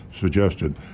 suggested